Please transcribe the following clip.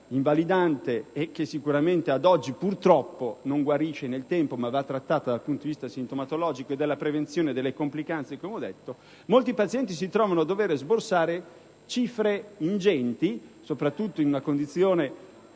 invalidante, che ad oggi purtroppo non guarisce nel tempo, ma va trattata dal punto di vista sintomatologico e della prevenzione delle complicanze, molti pazienti si trovano a dover sborsare cifre ingenti - soprattutto per coloro